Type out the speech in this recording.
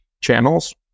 channels